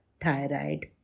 thyroid